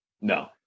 No